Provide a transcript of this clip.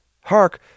Hark